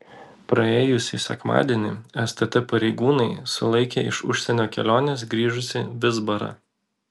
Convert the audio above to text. praėjusį sekmadienį stt pareigūnai sulaikė iš užsienio kelionės grįžusį vizbarą